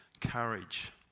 courage